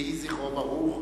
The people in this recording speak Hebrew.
יהי זכרו ברוך.